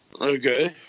Okay